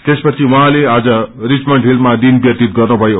त्यसपछि उठाँले आज रिचमण्ड हिलमा दिन ब्यतीत गर्नुषयो